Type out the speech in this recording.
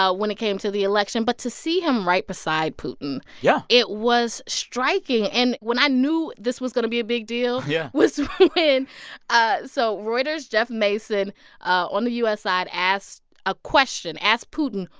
ah when it came to the election. but to see him right beside putin. yeah it was striking. and when i knew this was going to be a big deal. yeah. was when ah so reuters' jeff mason on the u s. side asked a question, asked putin,